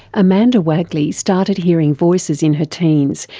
amanda waegeli started hearing voices in her teens,